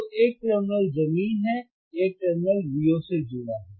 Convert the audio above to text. तो एक टर्मिनल जमीन है एक टर्मिनल Vo से जुड़ा है